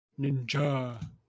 Ninja